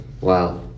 wow